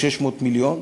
600 מיליון,